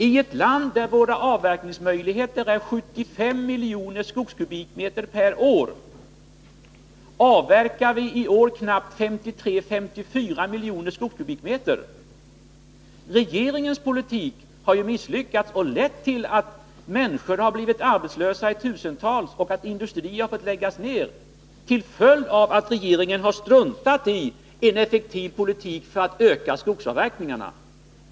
I ett land där våra avverkningsmöjligheter är 75 miljoner skogskubikmeter per år avverkar vi i år knappt 53-54 miljoner skogskubikmeter. Regeringens politik har lett till att människor har blivit arbetslösa i tusental och att industrier har fått läggas ned. Det är en följd av att regeringen har struntat i att föra en effektiv politik för att öka skogsavverkningarna.